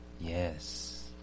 Yes